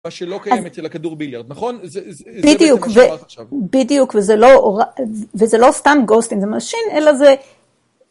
מה שלא קיים אצל הכדור ביליארד, נכון? זה מה שאמרת עכשיו. בדיוק, וזה לא סתם גוסטינג זה מה שאין, אלא זה...